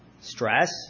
Stress